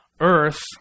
earth